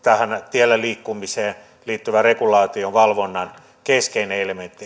tiellä liikkumiseen liittyvän regulaatiovalvonnan keskeinen elementti